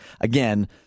again